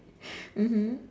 mmhmm